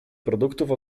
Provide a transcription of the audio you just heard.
produktów